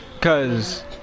Cause